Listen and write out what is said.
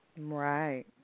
Right